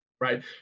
right